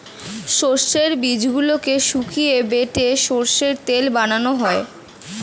সর্ষের বীজগুলোকে শুকিয়ে বেটে সর্ষের তেল বানানো হয়